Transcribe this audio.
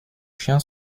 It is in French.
chien